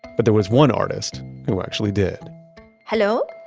but there was one artist who actually did hello?